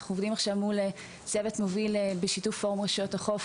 אנחנו עובדים עכשיו מול צוות מוביל בשיתוף פורום רשויות החוף